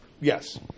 Yes